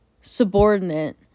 subordinate